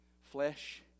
flesh